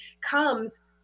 comes